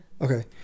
Okay